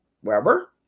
wherever